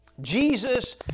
Jesus